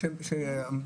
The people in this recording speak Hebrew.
שעשו להם.